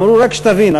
אמרו: רק שתבין,